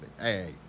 Hey